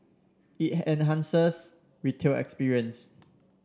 it enhances retail experience